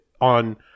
on